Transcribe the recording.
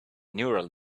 neural